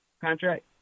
contract